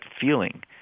feeling